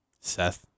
Seth